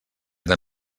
era